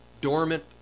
dormant